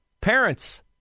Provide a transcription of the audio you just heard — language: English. Parents